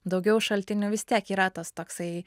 daugiau šaltinių vis tiek yra tas toksai